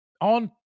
on